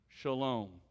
Shalom